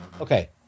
Okay